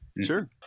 Sure